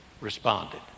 responded